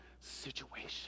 situation